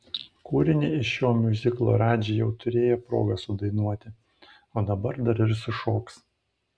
kūrinį iš šio miuziklo radži jau turėjo progą sudainuoti o dabar dar ir sušoks